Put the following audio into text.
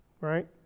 right